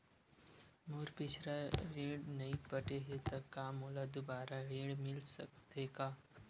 मोर पिछला ऋण नइ पटे हे त का मोला दुबारा ऋण मिल सकथे का?